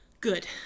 good